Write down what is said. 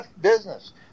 business